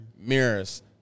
mirrors